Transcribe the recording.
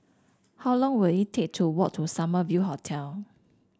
how long will it take to walk to Summer View Hotel